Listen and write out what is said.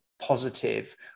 positive